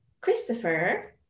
Christopher